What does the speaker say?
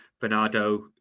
Bernardo